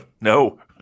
No